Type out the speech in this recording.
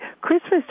Christmas